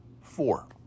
Four